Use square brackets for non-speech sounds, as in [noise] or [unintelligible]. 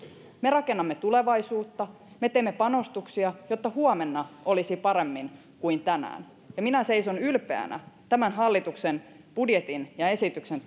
me rakennamme tulevaisuutta me teemme panostuksia jotta huomenna olisi paremmin kuin tänään minä seison ylpeänä tämän hallituksen budjetin ja esityksen [unintelligible]